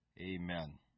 Amen